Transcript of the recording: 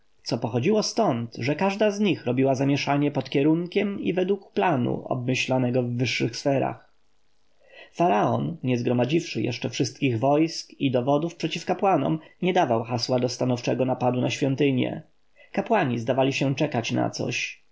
pochodziło stąd że każda z nich robiła zamieszanie pod kierunkiem i według planu obmyślanego w wyższych sferach faraon nie zgromadziwszy jeszcze wszystkich wojsk i dowodów przeciw kapłanom nie dawał hasła do stanowczego napadu na świątynie kapłani zdawali się czekać na coś